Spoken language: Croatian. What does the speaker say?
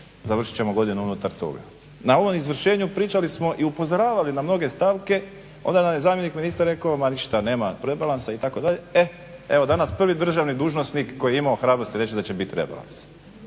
završit ćemo godinu unutar toga. Na ovom izvršenju pričali smo i upozoravali na mnoge stavke. Onda nam je zamjenik ministra rekao ma ništa nema od rebalansa itd. E evo danas prvi državni dužnosnik koji je imao hrabrosti reći da će biti rebalans.